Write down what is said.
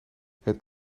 het